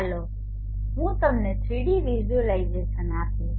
ચાલો હું તમને 3 ડી વિઝ્યુલાઇઝેશન આપીશ